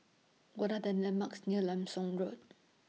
What Are The landmarks near Leong SAM Road